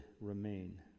remain